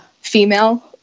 female